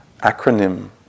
acronym